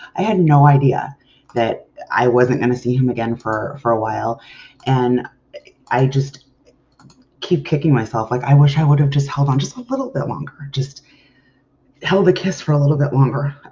i had no idea that i wasn't going to see him again for for a while and i just keep kicking myself. like, i wish i would have just held on just a little bit longer. just held the kiss for a little bit longer